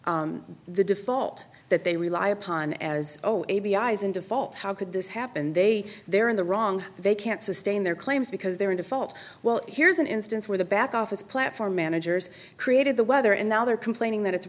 did the default that they rely upon as oh a b i is in default how could this happen they they're in the wrong they can't sustain their claims because they're in default well here's an instance where the back office platform managers created the weather and now they're complaining that it's